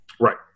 Right